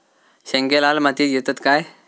शेंगे लाल मातीयेत येतत काय?